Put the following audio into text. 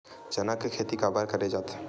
चना के खेती काबर करे जाथे?